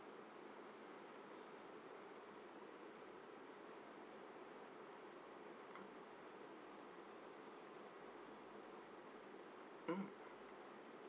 mm